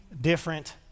different